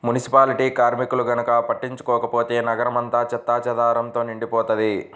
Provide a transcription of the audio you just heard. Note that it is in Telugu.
మునిసిపాలిటీ కార్మికులు గనక పట్టించుకోకపోతే నగరం అంతా చెత్తాచెదారంతో నిండిపోతది